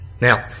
Now